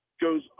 goes